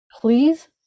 please